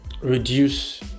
reduce